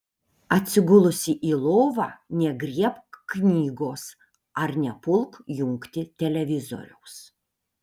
atsigulusi į lovą negriebk knygos ar nepulk jungti televizoriaus